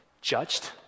judged